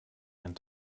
einen